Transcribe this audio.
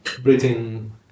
breathing